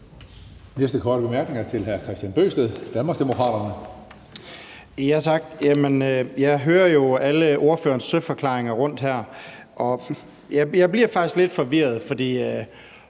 Jeg hører jo alle ordførerens søforklaringer her, og jeg bliver faktisk lidt forvirret. En